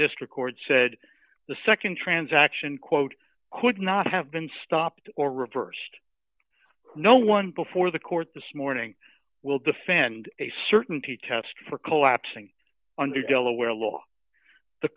district court said the nd transaction quote could not have been stopped or reversed no one before the court this morning will defend a certainty test for collapsing under delaware law the